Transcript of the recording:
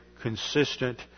consistent